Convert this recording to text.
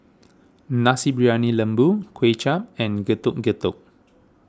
Nasi Briyani Lembu Kuay Chap and Getuk Getuk